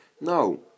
No